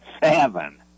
Seven